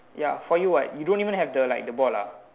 ya for you what you don't even have the like the ball lah